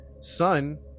son